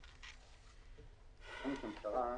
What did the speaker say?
בכל מקרה,